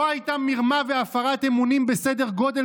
לא הייתה מרמה והפרת אמונים בסדר גודל